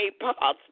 possible